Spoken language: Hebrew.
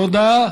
תודה